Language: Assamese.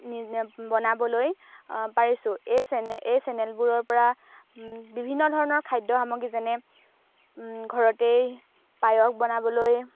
বনাবলৈ পাৰিছোঁ এই চেনে এই চেনেলবোৰৰ পৰা বিভিন্ন ধৰণৰ খাদ্য সামগ্ৰী যেনে ঘৰতেই পায়স বনাবলৈ